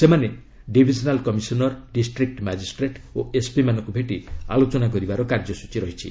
ସେମାନେ divisional commissioner district magistrate ଓ ଏସ୍ପିମାନଙ୍କୁ ଭେଟି ଆଲୋଚନା କରିବାର କାର୍ଯ୍ୟସୂଚୀ ରହିଛି